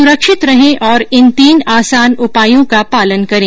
सुरक्षित रहें और इन तीन आसान उपायों का पालन करें